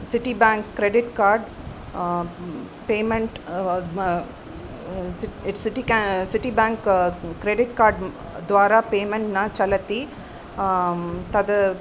city bank credit card payment Citi के Citi bank credit कार्डड्वारा payment न चलति तद्